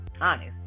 honest